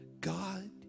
God